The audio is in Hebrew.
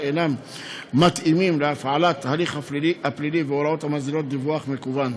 אינם מתאימים להפעלת הליך הפלילי והוראות המסדירות דיווח מקוון.